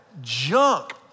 junk